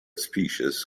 species